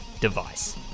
device